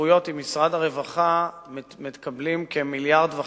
בהתקשרויות עם משרד הרווחה מקבלים כ-1.5 מיליארד ש"ח,